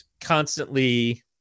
constantly